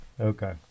Okay